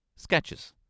Sketches